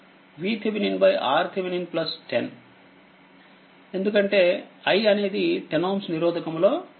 I VTheveninRThevenin 10 ఎందుకంటే i అనేది 10Ωనిరోధకము లో కరెంటు